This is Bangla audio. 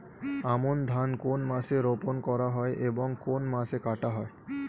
আমন ধান কোন মাসে রোপণ করা হয় এবং কোন মাসে কাটা হয়?